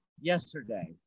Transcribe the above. yesterday